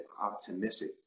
optimistic